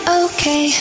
okay